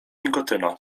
nikotyna